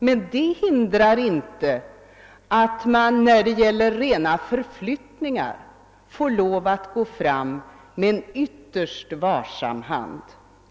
Men det hindrar inte att man när det gäller rena förflyttningar får lov att gå fram med ytterst varsam hand.